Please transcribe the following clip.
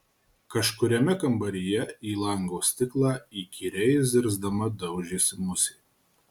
kažkuriame kambaryje į lango stiklą įkyriai zirzdama daužėsi musė